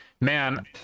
man